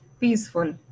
peaceful